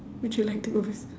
would you like to go first